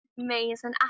amazing